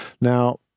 Now